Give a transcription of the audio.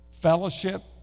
Fellowship